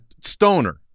Stoner